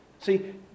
See